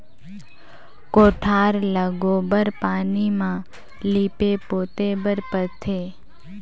कोठार ल गोबर पानी म लीपे पोते बर परथे